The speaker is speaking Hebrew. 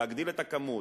להגדיל את הכמות,